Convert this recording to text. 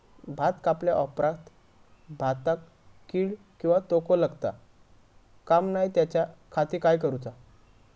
भात कापल्या ऑप्रात भाताक कीड किंवा तोको लगता काम नाय त्याच्या खाती काय करुचा?